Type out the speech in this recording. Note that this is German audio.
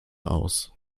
aus